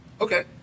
Okay